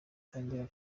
itangira